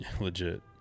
Legit